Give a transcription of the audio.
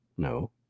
No